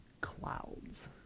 clouds